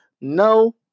No